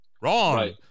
Wrong